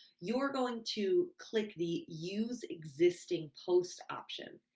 you're going to click the use existing post option.